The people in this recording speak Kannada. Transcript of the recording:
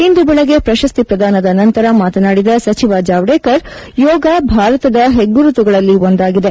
ಇಂದು ಬೆಳಿಗ್ಗೆ ಪ್ರಶಸ್ತಿ ಪ್ರದಾನದ ನಂತರ ಮಾತನಾಡಿದ ಸಚಿವ ಜಾವೆಡೇಕರ್ ಯೋಗ ಭಾರತದ ಹೆಗ್ಗುರುತುಗಳಲ್ಲಿ ಒಂದಾಗಿದೆ